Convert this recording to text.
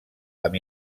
amb